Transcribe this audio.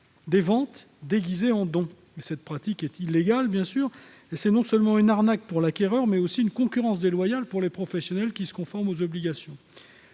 des ventes déguisées en dons. Cette pratique est illégale : elle constitue non seulement une arnaque pour l'acquéreur, mais aussi une concurrence déloyale pour les professionnels qui se conforment aux obligations.